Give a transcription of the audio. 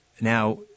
Now